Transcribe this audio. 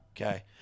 Okay